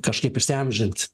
kažkaip įsiamžint